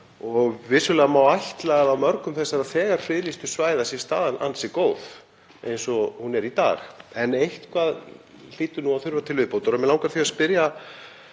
Vissulega má ætla að á mörgum þessara þegar friðlýstu svæða sé staðan ansi góð eins og hún er í dag. En eitthvað hlýtur að þurfa til viðbótar og mig langar því að spyrja